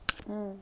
mm